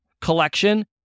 collection